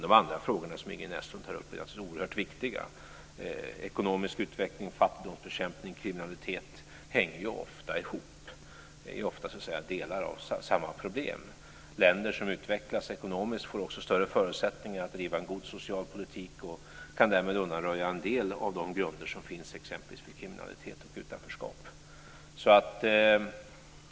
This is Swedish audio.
De andra frågor som Ingrid Näslund tar upp är oerhört viktiga. Ekonomisk utveckling, fattigdomsbekämpning och kriminalitet hänger ofta ihop. De är ofta delar av samma problem. Länder som utvecklas ekonomiskt får större förutsättningar att driva en god social politik och kan därmed undanröja en del av de grunder som finns för exempelvis kriminalitet och utanförskap.